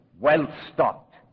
well-stocked